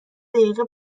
دقیقه